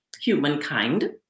humankind